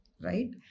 right